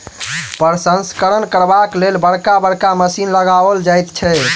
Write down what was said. प्रसंस्करण करबाक लेल बड़का बड़का मशीन लगाओल जाइत छै